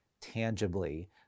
tangibly